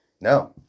No